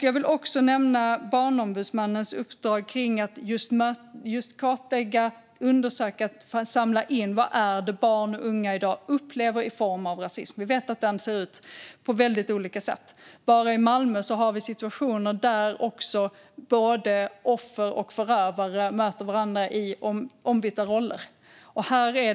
Jag vill också nämna Barnombudsmannens uppdrag när det gäller att kartlägga, undersöka och samla in vad barn och unga i dag upplever i form av rasism. Vi vet att den ser ut på väldigt olika sätt. I Malmö har vi situationer där offer och förövare möter varandra i ombytta roller.